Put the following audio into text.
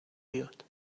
بیاد